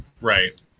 Right